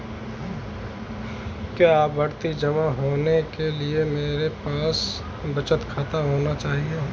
क्या आवर्ती जमा खोलने के लिए मेरे पास बचत खाता होना चाहिए?